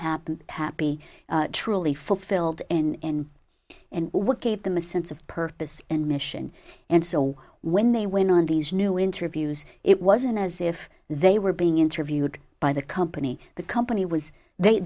happy happy truly fulfilled in and what gave them a sense of purpose and mission and so when they went on these new interviews it wasn't as if they were being interviewed by the company the company was they